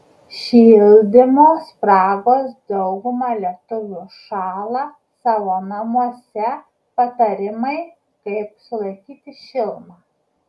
šildymo spragos dauguma lietuvių šąla savo namuose patarimai kaip sulaikyti šilumą